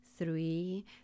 three